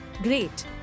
Great